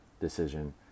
decision